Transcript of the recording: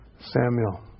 Samuel